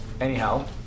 Anyhow